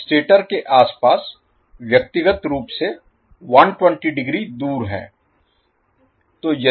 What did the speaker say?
वे stator के आसपास व्यक्तिगत रूप से 120 डिग्री दूर हैं